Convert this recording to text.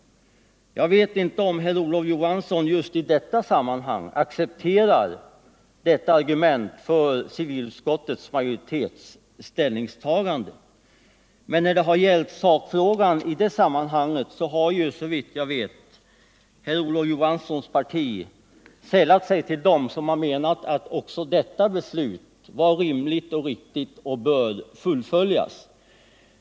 Jag vet inte om herr Olof Johansson just i det sammanhanget accepterar ett sådant argument för den ställning som civilutskottets majoritet intagit, men i sakfrågan har Olof Johanssons parti såvitt jag vet sällat sig till dem som menat att också det beslutet var rimligt och riktigt och att det bör fullföljas.